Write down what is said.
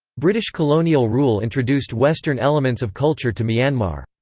british colonial rule introduced western elements of culture to myanmar.